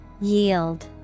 Yield